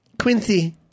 Quincy